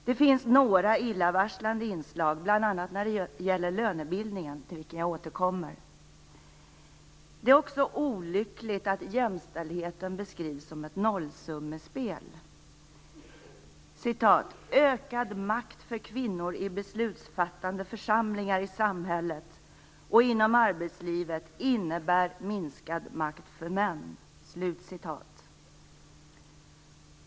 Det finns några illavarslande inslag, bl.a. när det gäller lönebildningen, till vilken jag återkommer. Det är också olyckligt att jämställdheten beskrivs som ett nollsummespel. Jag citerar ur skrivelsen: "Ökad makt för kvinnor i beslutsfattande församlingar i samhället och inom arbetslivet innebär minskad makt för män."